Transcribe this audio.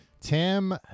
Tim